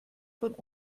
von